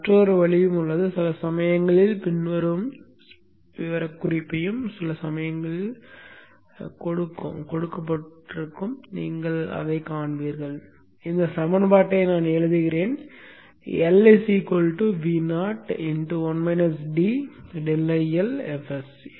மற்றொரு வழியும் உள்ளது சில சமயங்களில் பின்வரும் விவரக்குறிப்பும் சில சமயங்களில் கொடுக்கப்பட்டுள்ளது நீங்கள் அதைக் காண்பீர்கள் இந்த சமன்பாட்டை எழுதுகிறேன் L Vo ∆IL fs